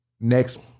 next